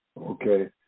okay